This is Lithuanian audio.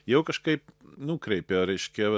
jau kažkaip nukreipia reiškia